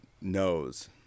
knows-